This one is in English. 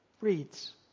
reads